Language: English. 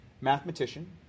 mathematician